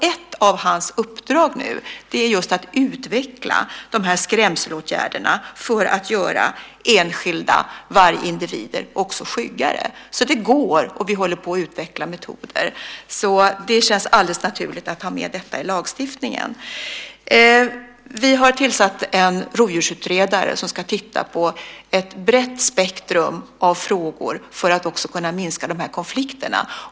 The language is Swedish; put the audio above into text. Ett av hans uppdrag är just att utveckla skrämselåtgärderna för att göra enskilda vargindivider skyggare. Det går, och vi håller på att utveckla metoder. Det känns alldeles naturligt att ha med det i lagstiftningen. Vi har tillsatt en rovdjursutredare som ska titta på ett brett spektrum av frågor för att kunna minska konflikterna.